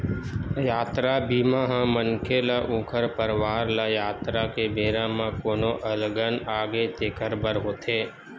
यातरा बीमा ह मनखे ल ऊखर परवार ल यातरा के बेरा म कोनो अलगन आगे तेखर बर होथे